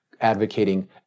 advocating